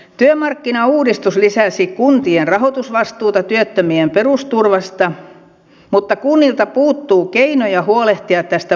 työmarkkinauudistus lisäsi kuntien rahoitusvastuuta työttömien perusturvasta mutta kunnilta puuttuu keinoja huolehtia tästä vastuusta